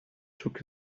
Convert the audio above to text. took